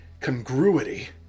congruity